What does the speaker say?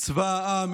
צבא העם,